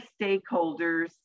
stakeholders